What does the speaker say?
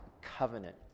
covenant